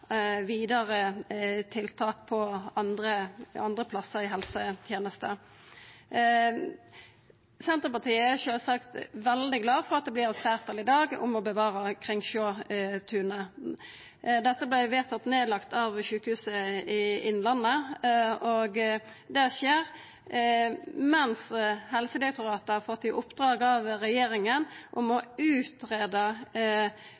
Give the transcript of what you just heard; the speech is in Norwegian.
vidare tiltak andre plassar i helsetenesta. Senterpartiet er sjølvsagt veldig glad for at det vert fleirtal i dag for å bevara Kringsjåtunet. Det vart vedtatt nedlagt av Sjukehuset Innlandet, og det skjer medan Helsedirektoratet har fått i oppdrag av regjeringa